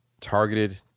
targeted